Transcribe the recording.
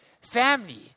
family